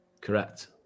Correct